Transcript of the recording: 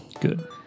Good